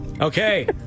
Okay